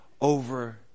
over